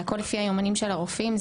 זה הכול לפי היומנים של הרופאים,